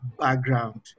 background